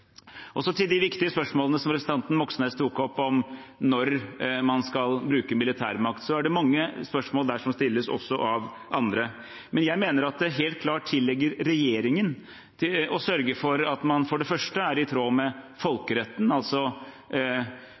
til de viktige spørsmålene som representanten Moxnes tok opp om når man skal bruke militærmakt. Det er mange spørsmål der som også stilles av andre. Men jeg mener at det helt klart tilligger regjeringen å sørge for at man for det første er i tråd med folkeretten, altså